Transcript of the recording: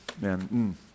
man